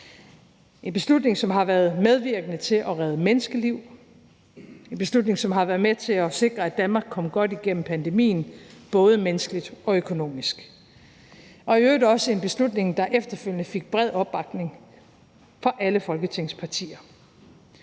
en beslutning, som har været medvirkende til at redde menneskeliv. Det er en beslutning, som har været med til at sikre, at Danmark kom godt igennem pandemien både menneskeligt og økonomisk. Og det var i øvrigt også en beslutning, der efterfølgende fik bred opbakning fra alle folketingspartier.